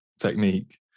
technique